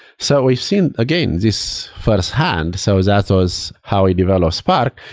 so we've seen, again, this firsthand. so that ah was how we developed spark.